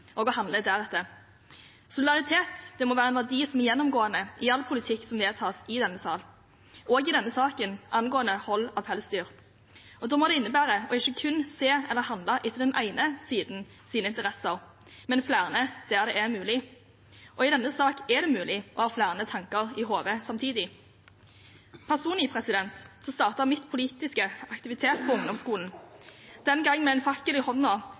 å handle deretter. Solidaritet må være en verdi som er gjennomgående i all politikk som vedtas i denne sal, også i denne saken angående hold av pelsdyr. Da må det innebære ikke kun å se eller handle etter den ene sidens interesser, men flere der det er mulig. Og i denne sak er det mulig å ha flere tanker i hodet samtidig. Personlig startet min politiske aktivitet på ungdomsskolen, den gang med en fakkel i hånda